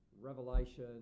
revelation